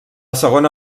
segona